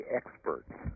experts